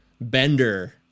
bender